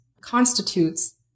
constitutes